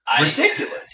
ridiculous